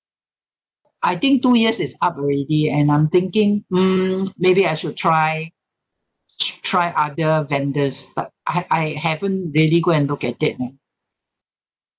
I think two years is up already and I'm thinking hmm maybe I should try try other vendors but I I haven't really go and look at them yet